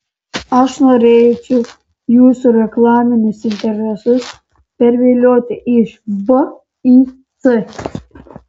aš norėčiau jūsų reklaminius interesus pervilioti iš b į c